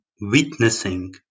witnessing